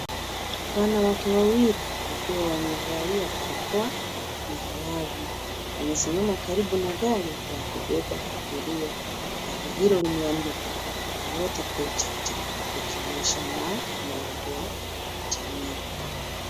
Wanawake wawili wakiwa wamevalia barakoa na glavu. Wamesimama karibu na gari la kubeba abiria. Gari hilo limeandikwa the water project likionyesha mradi wa jamii.